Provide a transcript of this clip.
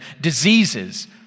diseases